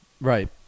Right